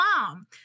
mom